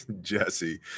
Jesse